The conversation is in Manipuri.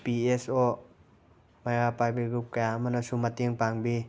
ꯄꯤ ꯑꯦꯁ ꯑꯣ ꯃꯩꯔꯥ ꯄꯥꯏꯕꯤ ꯒ꯭ꯔꯨꯞ ꯀꯌꯥ ꯑꯃꯅꯁꯨ ꯃꯇꯦꯡ ꯄꯥꯡꯕꯤ